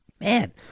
man